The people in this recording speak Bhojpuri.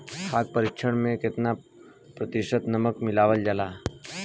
खाद्य परिक्षण में केतना प्रतिशत नमक मिलावल जाला?